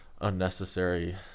unnecessary